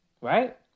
right